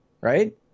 Right